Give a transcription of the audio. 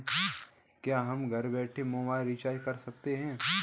क्या हम घर बैठे मोबाइल रिचार्ज कर सकते हैं?